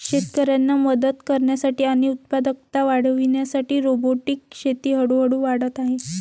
शेतकऱ्यांना मदत करण्यासाठी आणि उत्पादकता वाढविण्यासाठी रोबोटिक शेती हळूहळू वाढत आहे